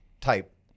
type